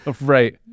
Right